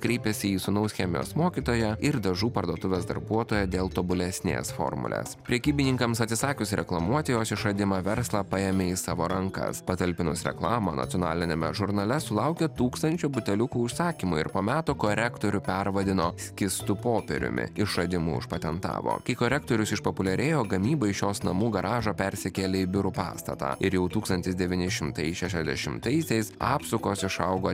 kreipėsi į sūnaus chemijos mokytoją ir dažų parduotuvės darbuotoją dėl tobulesnės formulės prekybininkams atsisakius reklamuoti jos išradimą verslą paėmė į savo rankas patalpinus reklamą nacionaliniame žurnale sulaukė tūkstančių buteliukų užsakymų ir po metų korektorių pervadino skystu popieriumi išradimą užpatentavo kai korektorius išpopuliarėjo gamyba iš jos namų garažo persikėlė į biurų pastatą ir jau tūkstantis devyni šimtai šešiasdešimtaisiais apsukos išaugo